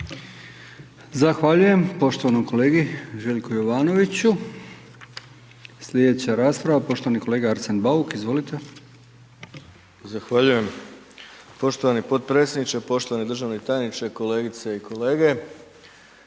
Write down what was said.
Zahvaljujem poštovanom kolegi Željku Jovanoviću. Slijedeća rasprava poštovani kolega Arsen Bauk, izvolite. **Bauk, Arsen (SDP)** Zahvaljujem poštovani podpredsjedniče, poštovani državni tajniče, kolegice i kolege,